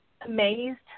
amazed